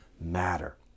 matter